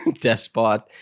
despot